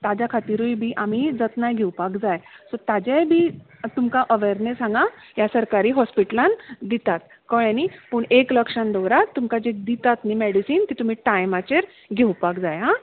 ताज्या खातिरूय बी आमी जतनाय घेवपाक जाय सो ताजेंय बी तुमकां अवॅरनस हांगा ह्या सरकारी हॉस्पिटलान दितात कळ्ळें न्ही पूण एक लक्षान दवरा तुमकां जें दितात न्ही मॅडिसीन तें तुमी टायमाचेर घेवपाक जाय आ